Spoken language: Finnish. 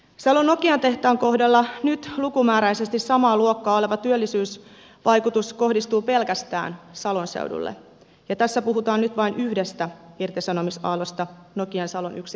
salon nokian tehtaan kohdalla nyt lukumääräisesti samaa luokkaa oleva työllisyysvaikutus kohdistuu pelkästään salon seudulle ja tässä puhutaan nyt vain yhdestä irtisanomisaallosta nokian salon yksikön kohdalla